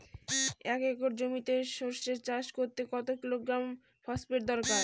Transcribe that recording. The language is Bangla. এক একর জমিতে সরষে চাষ করতে কত কিলোগ্রাম ফসফেট দরকার?